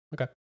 Okay